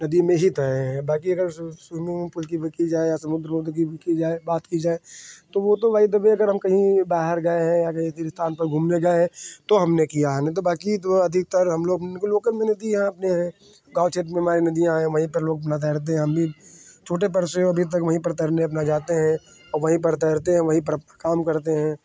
नदी में ही तैर रहे हैं बाकी अगर स्वी स्विमिंग पुल की बात की जाए या स्विमिंग पुल में की जाए बात की जाए तो वो तो बाई द वे अगर हम कहीं बाहर गए हैं या कहीं कसी स्थान पे घूमने गए हैं तो हमने किया है नहीं तो बाकी तो अधिकतर हमने मतलब लोकल में नदी है अपने यहाँ गाँव क्षेत्र में हमारे नदियाँ हैं वही पर हम लोग अपना तैरते हैं हम भी छोटे पर से अभी तक वहीं पर तैरने अपना जाते हैं और वहीं पर तैरते हैं वहीं पर काम करते हैं